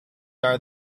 are